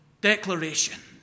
declaration